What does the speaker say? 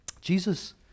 Jesus